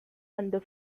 under